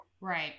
Right